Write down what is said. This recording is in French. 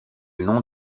nom